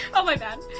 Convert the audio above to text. oh my god!